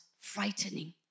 frightening